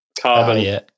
carbon